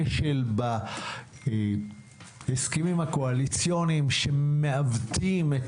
כשל בהסכמים הקואליציוניים שמעוותים את